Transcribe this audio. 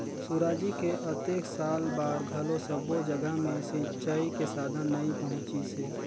सुराजी के अतेक साल बार घलो सब्बो जघा मे सिंचई के साधन नइ पहुंचिसे